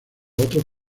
otros